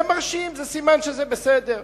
הם מרשים, זה סימן שזה בסדר.